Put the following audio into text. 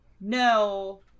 no